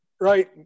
Right